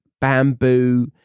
bamboo